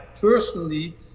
personally